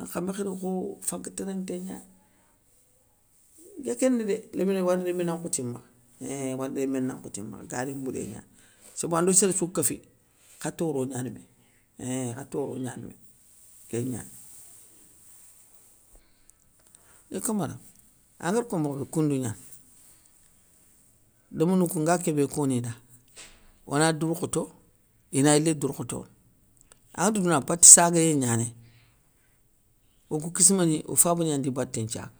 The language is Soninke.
ankha makhi raga kho fanke térénté gnani. Nké kéni dé, léminé wandi rémé nan nkhoti makha eiiinn wandi rémé na nkhoti makha, garé mbouré gnani. Sébé ando séréssou ga kéffi, kha toro gnani mé eiin kha toro gnani mé, kéngnani. Yo camara angari ko mokhobé koundou gnani, lémounou kou nga kébé koni da, ona dourkhoto, ina yilé dourkhotono, anŋetou douna bate saguéyé gnanéy, okou kissima ni ofaba ni yandi baté nthiaga.